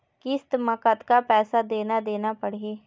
किस्त म कतका पैसा देना देना पड़ही?